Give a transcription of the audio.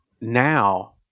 now